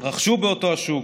רכשו באותו השוק,